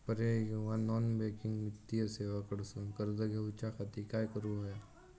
पर्यायी किंवा non banking वित्तीय सेवा कडसून कर्ज घेऊच्या खाती काय करुक होया?